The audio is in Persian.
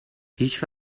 هیچ